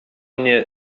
mnie